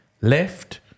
left